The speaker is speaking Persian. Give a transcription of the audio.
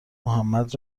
محمد